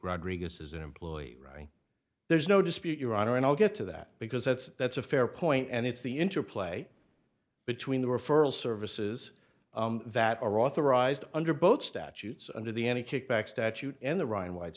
rodriguez is an employee there's no dispute your honor and i'll get to that because that's that's a fair point and it's the interplay between the referral services that are authorized under both statutes under the any kickback statute and the ryan w